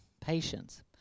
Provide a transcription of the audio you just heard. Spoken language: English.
patience